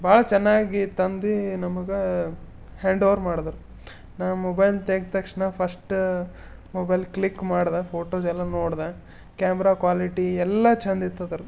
ಭಾಳ ಚೆನ್ನಾಗಿ ತಂದು ನಮಗೆ ಹ್ಯಾಂಡೋವರ್ ಮಾಡಿದರು ನಾ ಮೊಬೈಲ್ ತೆಗ್ದ ತಕ್ಷಣ ಫಸ್ಟ ಮೊಬೈಲ್ ಕ್ಲಿಕ್ ಮಾಡ್ದೆ ಫೋಟೋಸೆಲ್ಲ ನೋಡ್ದೆ ಕ್ಯಾಮ್ರ ಕ್ವಾಲಿಟಿ ಎಲ್ಲ ಛಂದಿತ್ತು ಅದ್ರಲ್ಲಿ